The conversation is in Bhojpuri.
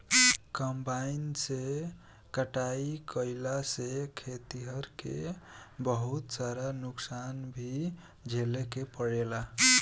कंबाइन से कटाई कईला से खेतिहर के बहुत सारा नुकसान भी झेले के पड़ेला